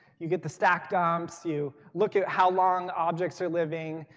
you get the stack doms. you look at how long objects are living.